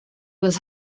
was